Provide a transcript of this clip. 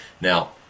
Now